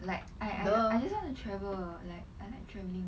like I I I just want to travel like I like traveling